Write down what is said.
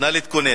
נא להתכונן.